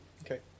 Okay